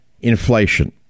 inflation